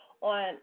on